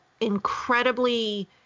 incredibly